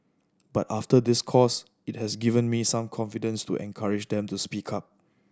but after this course it has given me some confidence to encourage them to speak up